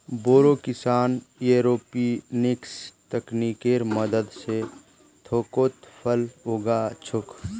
बोरो किसान एयरोपोनिक्स तकनीकेर मदद स थोकोत फल उगा छोक